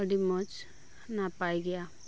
ᱟᱹᱰᱤ ᱢᱚᱸᱡᱽ ᱱᱟᱯᱟᱭ ᱜᱮᱭᱟ